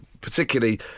particularly